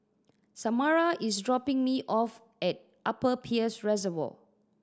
Samara is dropping me off at Upper Peirce Reservoir